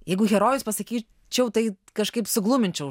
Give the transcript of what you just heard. jeigu herojus pasakyčiau tai kažkaip sugluminčiau